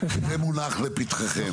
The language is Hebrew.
זה מונח לפתחכם.